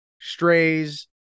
Strays